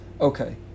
Okay